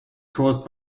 caused